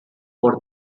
for